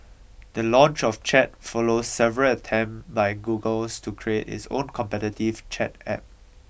the launch of chat follows several attempt by Googles to create its own competitive chat App